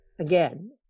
again